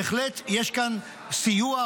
בהחלט יש כאן סיוע,